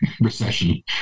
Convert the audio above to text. recession